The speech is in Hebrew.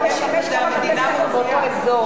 אותו תקן יכול לשמש כמה בתי-ספר באותו אזור.